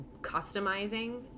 customizing